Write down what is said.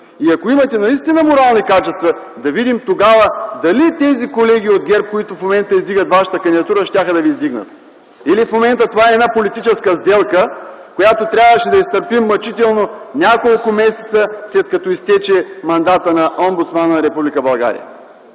Ако имате наистина морални качества, да видим тогава дали и тези колеги от ГЕРБ, които в момента издигат Вашата кандидатура, щяха да Ви издигнат? Или в момента това е една политическа сделка, която трябваше да изтърпим мъчително няколко месеца, след като изтече мандатът на омбудсмана на